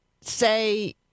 say